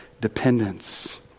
dependence